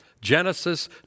Genesis